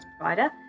provider